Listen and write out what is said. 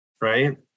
right